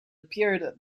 appeared